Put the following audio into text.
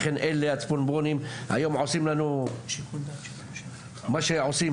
לכן אלה הצפונבונים היום עושים לנו מה שעושים